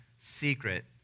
secret